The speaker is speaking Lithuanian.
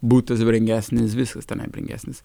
butas brangesnis viskas tame brangesnis